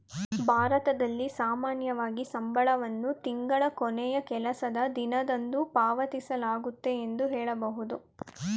ಭಾರತದಲ್ಲಿ ಸಾಮಾನ್ಯವಾಗಿ ಸಂಬಳವನ್ನು ತಿಂಗಳ ಕೊನೆಯ ಕೆಲಸದ ದಿನದಂದು ಪಾವತಿಸಲಾಗುತ್ತೆ ಎಂದು ಹೇಳಬಹುದು